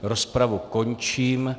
Rozpravu končím.